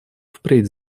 впредь